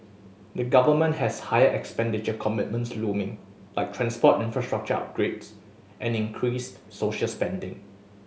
the government has higher expenditure commitments looming like transport infrastructure upgrades and increased social spending